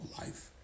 life